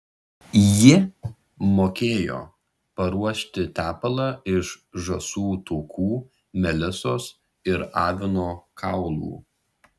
ji mokėjo paruošti tepalą iš žąsų taukų melisos ir avino kaulų